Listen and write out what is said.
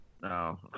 No